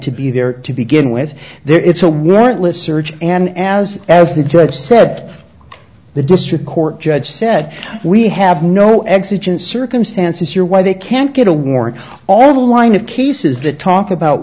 to be there to begin with there is a warrantless search and as as the judge said the district court judge said we have no exigent circumstances here why they can't get a warrant all the wind of cases that talk about